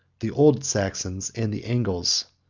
the old saxons, and the angles.